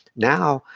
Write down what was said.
now,